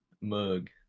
Mug